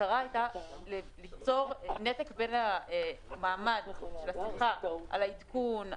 המטרה הייתה ליצור נתק בין המעמד של השיחה על העדכון,